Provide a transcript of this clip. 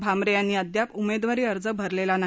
भामरे यांनी अद्याप उमेदवारी अर्ज भरलेला नाही